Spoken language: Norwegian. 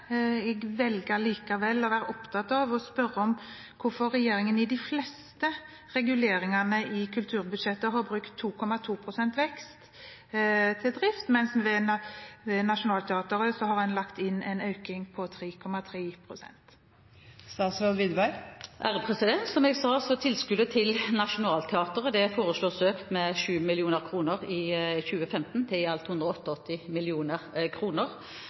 jeg svaret. Jeg velger likevel å være opptatt av og spørre om hvorfor regjeringen i de fleste reguleringene i kulturbudsjettet har brukt 2,2 pst. vekst til drift, mens den ved Nationaltheatret har en lagt inn en økning på 3,3 pst. Som jeg sa, foreslås tilskuddet til Nationaltheatret økt med 7 mill. kr i 2015 til i alt 188 mill. kr, og